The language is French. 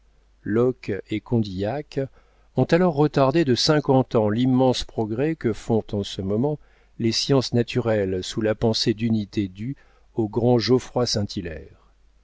locke et condillac ont alors retardé de cinquante ans l'immense progrès que font en ce moment les sciences naturelles sous la pensée d'unité due au grand